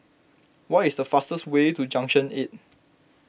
what is the fastest way to Junction eight